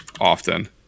often